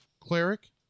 cleric